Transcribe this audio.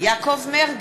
מישהו